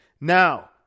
Now